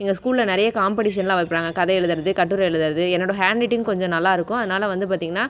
எங்கள் ஸ்கூலில் நிறைய காம்பட்டிஷன்ல்லாம் வைப்பாங்கள் கதை எழுதுறது கட்டுரை எழுதுறது என்னோட ஹேண்ட் ரைட்டிங் கொஞ்சம் நல்லாயிருக்கும் அதனால வந்து பார்த்தீங்கன்னா